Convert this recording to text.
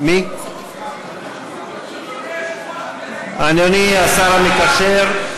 אדוני היושב-ראש, אדוני השר המקשר,